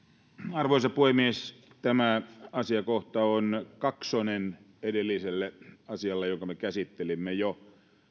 arvoisa puhemies tämä asiakohta on kaksonen edelliselle asialle jonka me käsittelimme jo